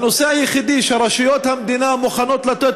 הנושא היחידי שרשויות המדינה מוכנות לתת